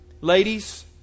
Ladies